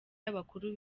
y’abakuru